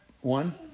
one